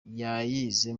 yayize